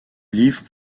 livre